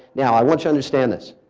now i want to understand this,